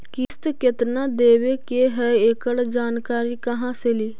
किस्त केत्ना देबे के है एकड़ जानकारी कहा से ली?